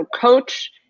coach